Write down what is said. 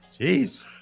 jeez